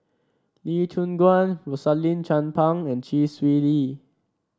Lee Choon Guan Rosaline Chan Pang and Chee Swee Lee